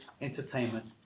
entertainment